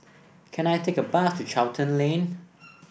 can I take a bus to Charlton Lane